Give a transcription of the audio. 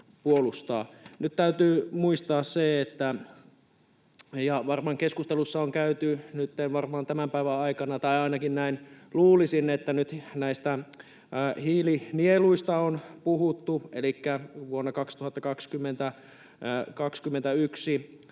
Nyt täytyy muistaa se... Ja varmaan keskustelussa on nyt tämän päivän aikana, tai ainakin näin luulisin, näistä hiilinieluista puhuttu,